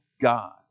God